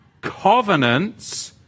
covenants